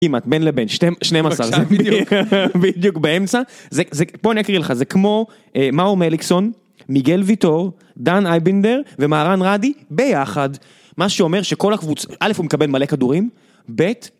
כמעט, בין לבין, 12, בדיוק באמצע. פה אני אקריא לך, זה כמו... מאור מליקסון, מיגל ויטור, דן אייבינדר ומהרן רדי, ביחד. מה שאומר שכל הקבוצה, א', הוא מקבל מלא כדורים, ב',